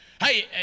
Hey